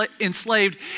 enslaved